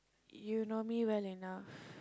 you know me well enough